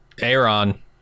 Aaron